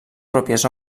pròpies